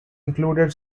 included